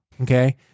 Okay